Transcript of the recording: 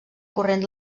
corrent